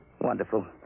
Wonderful